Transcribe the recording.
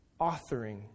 authoring